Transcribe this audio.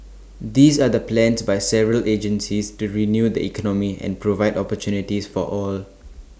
these are the plans by several agencies to renew the economy and provide opportunities for all